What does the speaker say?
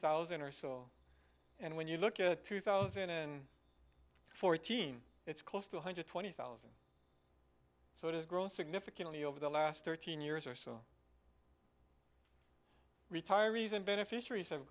thousand or so and when you look at two thousand and fourteen it's close to one hundred twenty thousand so it has grown significantly over the last thirteen years or so retirees and beneficiaries